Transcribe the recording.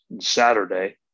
Saturday